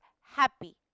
happy